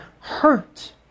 hurt